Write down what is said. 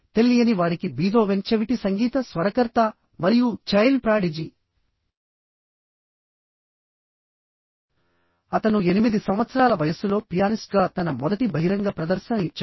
తెలియని వారికి బీథోవెన్ చెవిటి సంగీత స్వరకర్త మరియు చైల్డ్ ప్రాడిజీ అతను 8 సంవత్సరాల వయస్సులో పియానిస్ట్గా తన మొదటి బహిరంగ ప్రదర్శన ఇచ్చాడు